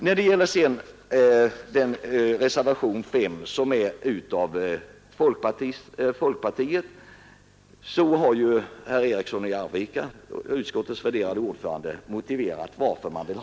Herr Eriksson i Arvika, utskottets värderade ordförande, har motiverat det förslag som framförs i reservationen 5, som avgivits av folkpartiet.